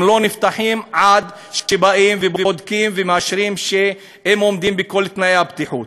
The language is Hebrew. הם לא נפתחים עד שבאים ובודקים ומאשרים שהם עומדים בכל תנאי הבטיחות.